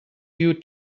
you